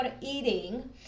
eating